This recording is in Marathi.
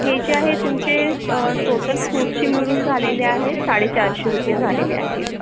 हे जे आहे तुमचे टोटल फ्रुट्सचे मिळून झालेले आहेत साडेचारशे रुपये झालेले आहेत